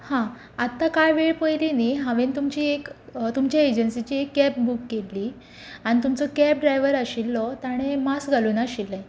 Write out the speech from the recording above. हां आतां कांय वेळ पयलीं न्ही हांवेन तुमची एक तुमचे एजन्सीची एक कॅब बुक केल्ली आनी तुमचो कॅब ड्रायव्हर आशिल्लो ताणें मास्क घालूंक नाशिल्लें